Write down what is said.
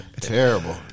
Terrible